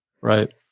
Right